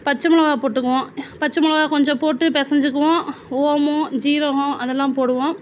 பச்சமிளகா போட்டுக்குவோம் பச்சமிளகா கொஞ்சம் போட்டு பிசஞ்சிக்குவோம் ஓமம் சீரகம் அதெல்லாம் போடுவோம்